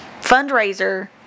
fundraiser